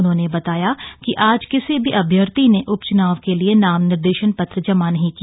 उन्होंने बताया कि आज किसी भी अभ्यर्थी ने उप चूनाव के लिए नाम निर्देशन पत्र जमा नहीं किया